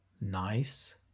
nice